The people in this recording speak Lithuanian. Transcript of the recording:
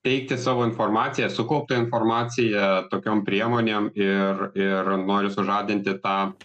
teikti savo informaciją sukauptą informaciją tokiom priemonėm ir ir noriu sužadinti tą